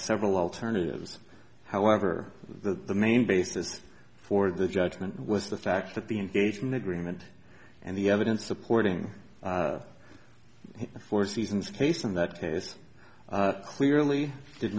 several alternatives however the main basis for the judgment was the fact that the engagement agreement and the evidence supporting four seasons based on that case clearly did